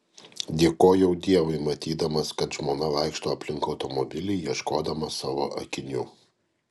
dėkojau dievui matydamas kad žmona vaikšto aplink automobilį ieškodama savo akinių